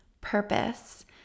purpose